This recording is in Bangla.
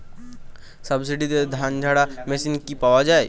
সাবসিডিতে ধানঝাড়া মেশিন কি পাওয়া য়ায়?